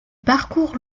parcourt